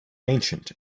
ancient